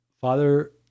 Father